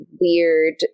weird